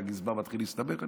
והגזבר מתחיל להסתבך,